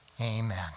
amen